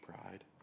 pride